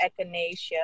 Echinacea